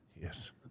Yes